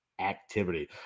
activity